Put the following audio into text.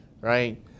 right